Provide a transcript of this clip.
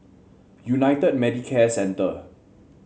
United Medicare Centre